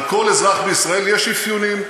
על כל אזרח בישראל יש אפיונים,